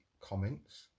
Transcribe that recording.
comments